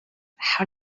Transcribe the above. how